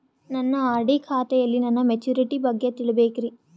ನನ್ನ ಆರ್.ಡಿ ಖಾತೆಯಲ್ಲಿ ನನ್ನ ಮೆಚುರಿಟಿ ಬಗ್ಗೆ ತಿಳಿಬೇಕ್ರಿ